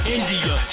India